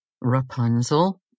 Rapunzel